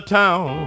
town